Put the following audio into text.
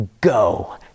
Go